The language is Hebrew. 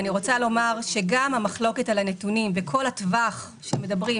גם המחלוקת על הנתונים וכל הטווח שמדברים,